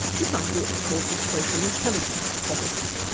this idea is called the social intelligence hypothesis.